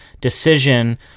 decision